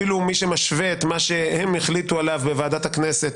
אפילו מי שמשווה את מה שהם החליטו עליו בוועדת הכנסת